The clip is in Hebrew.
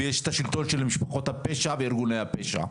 ויש השלטון של משפחות הפשע וארגוני הפשע.